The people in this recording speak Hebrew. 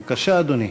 בבקשה, אדוני.